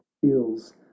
feels